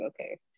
okay